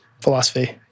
Philosophy